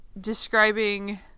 describing